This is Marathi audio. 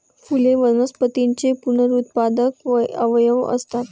फुले वनस्पतींचे पुनरुत्पादक अवयव असतात